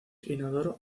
inodoro